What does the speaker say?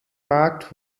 markt